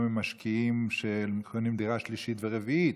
ממשקיעים שקונים דירה שלישית ורביעית,